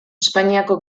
espainiako